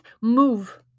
Move